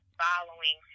following